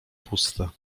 puste